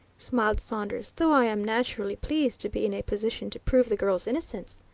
smiled saunders. though i am naturally pleased to be in a position to prove the girl's innocence.